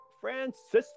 Francisco